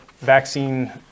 vaccine